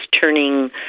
turning